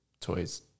toys